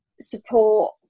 Support